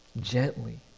Gently